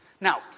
Now